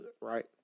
right